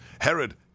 Herod